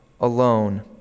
Alone